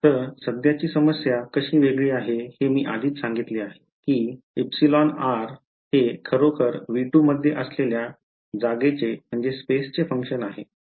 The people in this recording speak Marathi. तर सध्याची समस्या कशी वेगळी आहे हे मी आधीच सांगितले आहे की εr हे खरोखर V2 मध्ये असलेल्या जागेचे फंक्शन आहे